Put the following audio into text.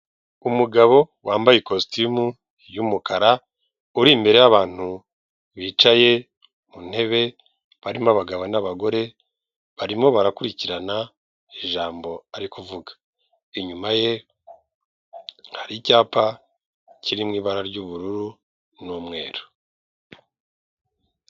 Umugabo wambaye ikositimu y'umukara uri imbere yabantu bicaye ku ntebe barimo abagabo n'abagore, barimo barakurikirana ijambo ari kuvuga, inyuma ye hari icyapa kirimo ibara ry'ubururu n'umweru.